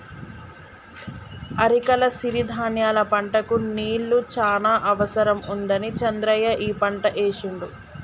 అరికల సిరి ధాన్యాల పంటకు నీళ్లు చాన అవసరం ఉండదని చంద్రయ్య ఈ పంట ఏశిండు